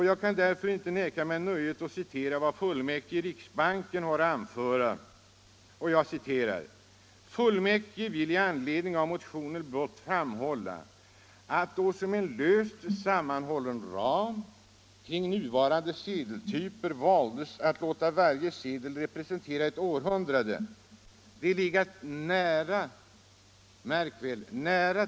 Jag kan inte neka mig nöjet att citera vad fullmäktige i riksbanken har att anföra på denna punkt: ”Fullmäktige vill i anledning av motionen blott framhålla att då som en löst sammanhållande ram kring nuvarande sedeltyper valdes att låta varje sedel representera ett århundrade, det legat nära” — märk väl!